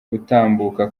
gutambuka